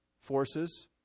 forces